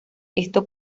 esto